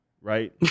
right